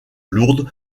lourde